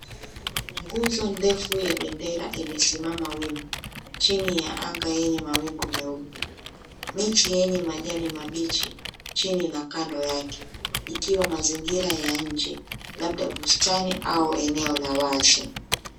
Nguzo ndefu ya bendera imesimama wima chini ya anga yenye mawingu meupe, miti yenye majani mabichi chini na kando yake ikiwa mazingira ya nje labda bustani au eneo la wazi.